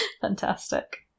Fantastic